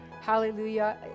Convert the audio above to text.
hallelujah